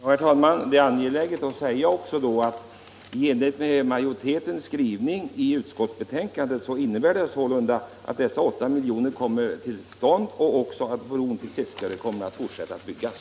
Herr talman! Det är angeläget att säga att i enlighet med majoritetens skrivning i utskottsbetänkandet kommer dessa 8 milj.kr. att bli tillgängliga och byggandet av bron till Seskarö kommer att genomföras.